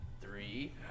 three